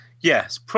Yes